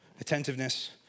attentiveness